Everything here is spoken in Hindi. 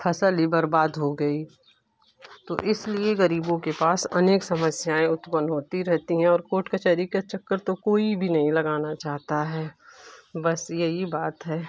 फसल ही बर्बाद हो गई तो इसलिए गरीबों के पास अनेक समस्याएँ उत्पन्न होती रहती हैं और कोर्ट कचहरी के चक्कर तो कोई भी नहीं लगाना चाहता है बस यही बात है